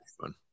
fun